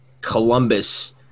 Columbus